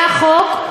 היה חוק,